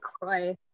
croy